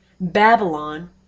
Babylon